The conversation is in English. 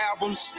albums